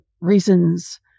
reasons